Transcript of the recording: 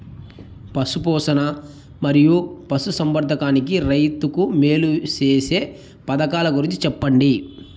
పశు పోషణ మరియు పశు సంవర్థకానికి రైతుకు మేలు సేసే పథకాలు గురించి చెప్పండి?